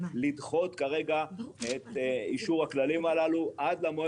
לדחות כרגע את אישור הכללים הללו עד למועד